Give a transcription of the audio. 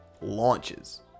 launches